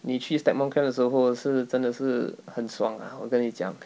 你去 stagmont camp 的时候是真的是很爽啊我跟你讲